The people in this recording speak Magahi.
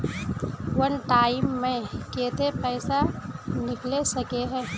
वन टाइम मैं केते पैसा निकले सके है?